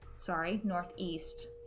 sorry, northeast.